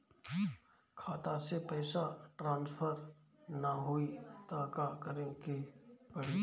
खाता से पैसा टॉसफर ना होई त का करे के पड़ी?